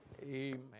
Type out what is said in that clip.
Amen